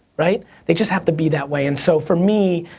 right. they just have to be that way. and so for me,